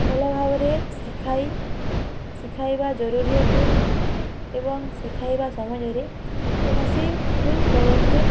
ଭଲ ଭାବରେ ଶିଖାଇ ଶିଖାଇବା ଜରୁରୀ ଅଟେ ଏବଂ ଶିଖାଇବା ସମୟରେ କୌଣସି ଭୁଲ୍ ପଦକ୍ଷେପ